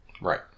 Right